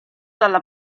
dalla